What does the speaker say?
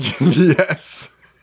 Yes